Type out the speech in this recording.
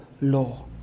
law